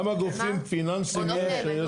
כמה גופים פיננסיים יש שיש בהם?